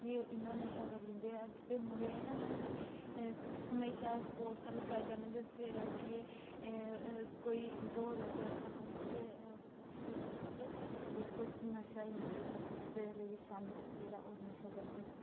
केह् इ'न्ना नशा करी लेंदे अज्ज दे मुड़े ना कि हमेशा स्पोर्टस आह्ली साइड जाना चाहिदा सवेरे उट्ठियै एह् कोई दौड़ बगैरा लान ते ओह् सवेरे उट्ठियै ते सिर्फ नशा गै नशा करदे सवेरे लेइयै शामी तकर जेह्ड़ा ओह् नशा करदे न